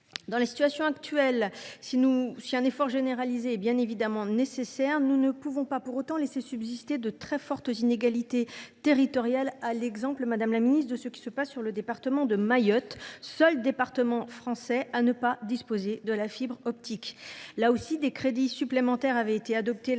Dans la situation actuelle, si un effort généralisé est bien évidemment nécessaire, nous ne pouvons pas pour autant laisser subsister de fortes inégalités territoriales, à l’exemple, madame la ministre, de ce qui se passe dans le département de Mayotte, seul département français à ne pas disposer de la fibre optique.